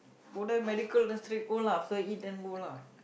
go there medical then straight go lah after eat then go lah